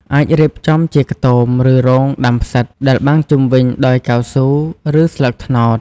អាចរៀបចំជាខ្ទម ឬរោងដាំផ្សិតដែលបាំងជុំវិញដោយកៅស៊ូ ឬស្លឹកត្នោត។